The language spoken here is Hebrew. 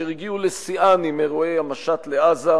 אשר הגיעו לשיאן עם אירועי המשט לעזה,